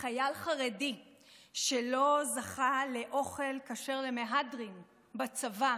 חייל חרדי שלא זכה לאוכל כשר למהדרין בצבא,